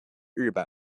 日本